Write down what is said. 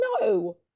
No